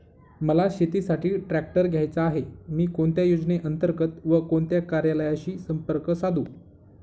मला शेतीसाठी ट्रॅक्टर घ्यायचा आहे, मी कोणत्या योजने अंतर्गत व कोणत्या कार्यालयाशी संपर्क साधू?